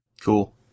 Cool